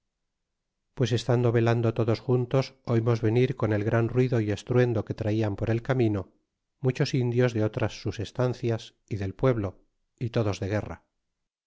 pues estando velando todos juntos oimos venir con el gran ruido y estruendo que traian por el camino muchos indios de otras sus estancias y del pueblo y todos de guerra